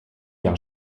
jahr